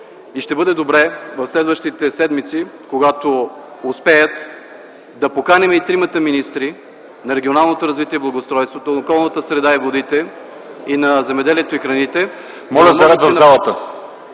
Ще бъде добре в следващите седмици, когато успеят, да поканим тримата министри – на регионалното развитие и благоустройството, на околната среда и водите и на земеделието и храните, за да може да